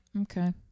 Okay